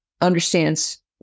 understands